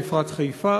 הפרוצדורה.